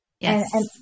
Yes